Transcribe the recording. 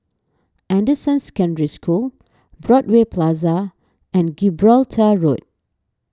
Anderson Secondary School Broadway Plaza and Gibraltar Road